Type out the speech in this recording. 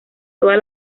todas